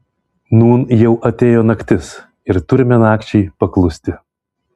nūn jau atėjo naktis ir turime nakčiai paklusti